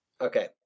okay